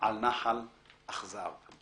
על נחל אכזב".